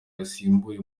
yasimbuwe